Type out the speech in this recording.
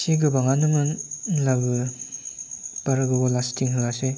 एसे गोबाङानोमोन होनलाबो बारा गोबाव लासटिं होआसै